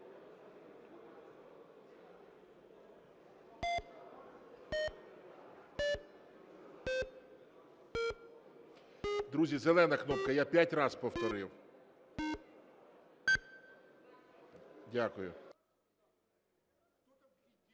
Друзі, зелена кнопка, я п'ять раз повторив.